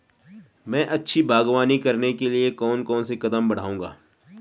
मैं अच्छी बागवानी करने के लिए कौन कौन से कदम बढ़ाऊंगा?